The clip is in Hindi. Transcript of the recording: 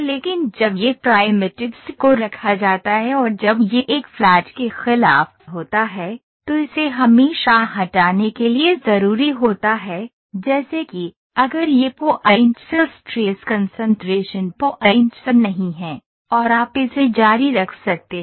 लेकिन जब ये प्राइमिटिव्स को रखा जाता है और जब यह एक फ्लैट के खिलाफ होता है तो इसे हमेशा हटाने के लिए जरूरी होता है जैसे कि अगर ये पॉइंट्स स्ट्रेस कंसंट्रेशन पॉइंट्स नहीं हैं और आप इसे जारी रख सकते हैं